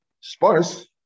sparse